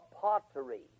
pottery